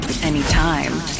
anytime